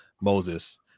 moses